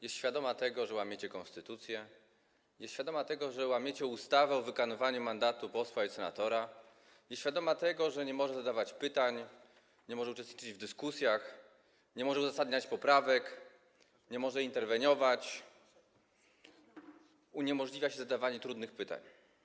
Jest świadoma tego, że łamiecie konstytucję, jest świadoma tego, że łamiecie ustawę o wykonywaniu mandatu posła i senatora, jest świadoma tego, że nie może zadawać pytań, nie może uczestniczyć w dyskusjach, nie może uzasadniać poprawek, nie może interweniować, że uniemożliwia się jej zadawanie trudnych pytań.